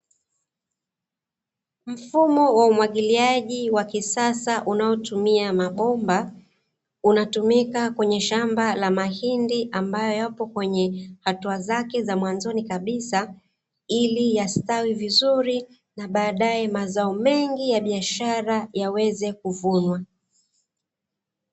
Mfumo wa umwagiliaji wa kisasa unaotumia mabomba unatumika kwenye shamba la mahindi, ambayo yapo kwenye hatua zake za mwanzoni kabisa ili yastawi vizuri na baadae mazao mengi ya biashara yaweze kuvunwa.